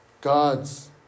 God's